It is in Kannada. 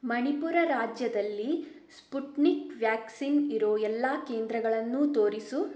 ಮಣಿಪುರ ರಾಜ್ಯದಲ್ಲಿ ಸ್ಪುಟ್ನಿಕ್ ವ್ಯಾಕ್ಸಿನ್ ಇರೋ ಎಲ್ಲ ಕೇಂದ್ರಗಳನ್ನೂ ತೋರಿಸು